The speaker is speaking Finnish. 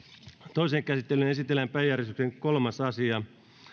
toiseen käsittelyyn esitellään päiväjärjestyksen kolmas asia